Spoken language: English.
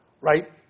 right